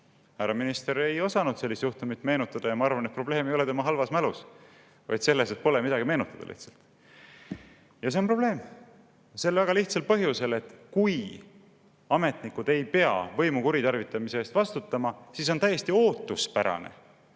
Härra minister ei suutnud sellist juhtumit meenutada. Ja ma arvan, et probleem ei ole tema halvas mälus, vaid selles, et pole lihtsalt midagi meenutadaSee on probleem, ja seda väga lihtsal põhjusel, et kui ametnikud ei pea võimu kuritarvitamise eest vastutama, siis on täiesti ootuspärane